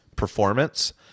performance